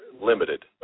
limited